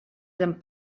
eren